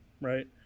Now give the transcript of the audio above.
right